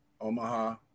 Omaha